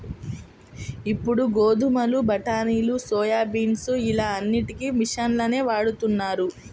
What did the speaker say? ఇప్పుడు గోధుమలు, బఠానీలు, సోయాబీన్స్ ఇలా అన్నిటికీ మిషన్లనే వాడుతున్నారు